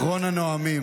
זה אחרון הנואמים,